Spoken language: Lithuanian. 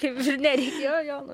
kaip ir nereikėjo jo nu